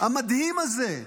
המדהים הזה,